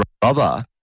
brother